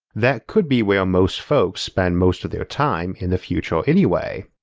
that could be where most folks spend most of their time in the future anyway,